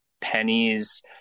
pennies